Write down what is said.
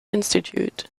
institute